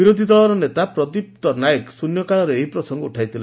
ବିରୋଧୀ ଦଳର ନେତା ପ୍ରଦୀପ୍ତ ନାୟକ ଶୃନ୍ୟକାଳରେ ଏହି ପ୍ରସଙ୍ଙ ଉଠାଇଥିଲେ